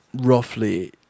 roughly